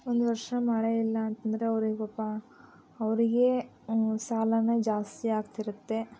ಒಂದು ವರ್ಷ ಮಳೆ ಇಲ್ಲ ಅಂತಂದರೆ ಅವ್ರಿಗೆ ಪಾಪ ಅವರಿಗೇ ಸಾಲನೇ ಜಾಸ್ತಿ ಆಗ್ತಿರುತ್ತೆ